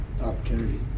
opportunity